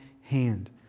hand